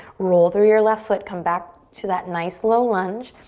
roll through your left foot. come back to that nice low lunge.